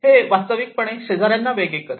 हे वास्तविक पणे शेजार्यांना वेगळे करते